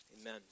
Amen